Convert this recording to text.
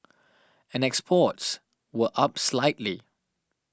and exports were up slightly